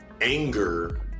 anger